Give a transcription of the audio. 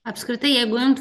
apskritai jeigu imt